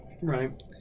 Right